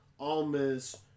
Almas